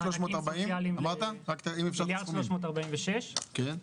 מיליארד ו-346 מיליון,